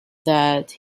that